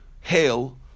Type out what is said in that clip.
hail